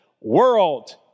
World